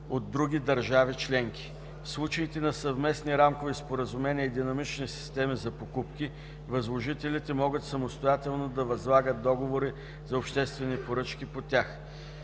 от други държави-членки. В случаите на съвместни рамкови споразумения и динамични системи за покупки възложителите могат самостоятелно да възлагат договори за обществени поръчки по тях.